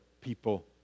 people